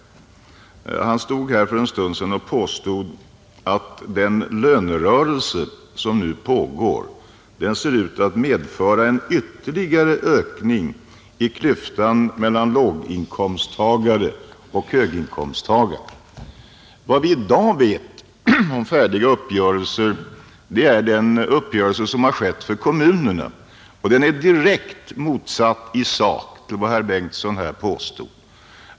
För en stund sedan stod han här och påstod att den lönerörelse som nu pågår ser ut att medföra en ytterligare ökning i klyftan mellan låginkomsttagare och höginkomsttagare. Vad vi i dag vet om färdiga uppgörelser hänför sig till den uppgörelse som har skett för kommunerna, och den är direkt motsatt i sak jämfört med vad herr Bengtson påstod.